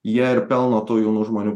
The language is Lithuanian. jie ir pelno tų jaunų žmonių